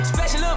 Special